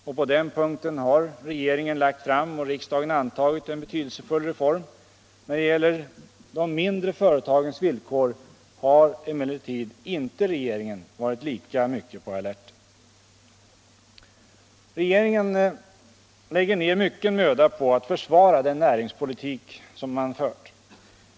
Och på den punkten har regeringen föreslagit och riksdagen antagit en betydelsefull reform. När det gäller de mindre företagens villkor har emellertid inte regeringen varit lika mycket på alerten. Regeringen lägger ner mycken möda på att försvara den näringspolitik man fört.